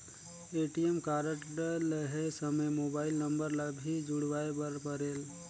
ATM card लहे समय mobile number ला भी जुड़वाए बर परेल?